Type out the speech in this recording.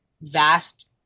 vast